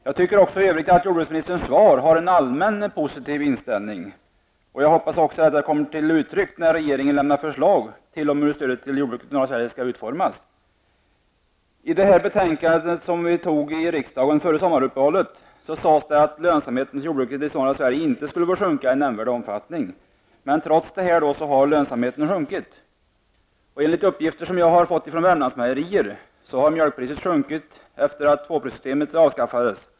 Jag tycker att jordbruksministerns svar har en allmänt positiv inställning, och jag hoppas också att detta kommer till uttryck när regeringen lämnar förslag om hur stödet till jordbruket i norra Sverige skall utformas. I det betänkande som behandlades av riksdagen före sommaruppehållet sades att lönsamheten i jordbruket i norra Sverige inte skulle få sjunka i nämnvärd omfattning. Trots detta har lönsamheten sjunkit. Enligt uppgifter som jag har fått från Värmlandsmejerier har mjölkpriset sjunkit efter det att tvåprissystemet avskaffades.